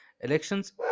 elections